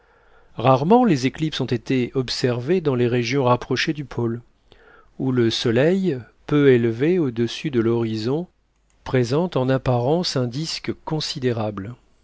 rarement les éclipses ont été observées dans les régions rapprochées du pôle où le soleil peu élevé au-dessus de l'horizon présente en apparence un disque considérable